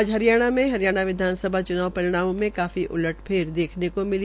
आज हरियाणा में हरियाणा विधानसभ चनाव परिणमों में काफी उलट पलट देखने को मिला